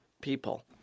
people